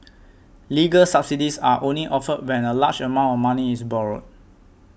legal subsidies are only offered when a large amount of money is borrowed